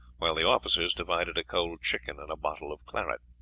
while the officers divided a cold chicken and a bottle of claret.